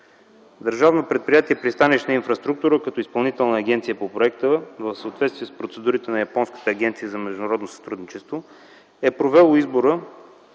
Държавно предприятие „Пристанищна инфраструктура” като изпълнителна агенция по проекта, в съответствие с процедурите на Японската агенция за международно сътрудничество е провела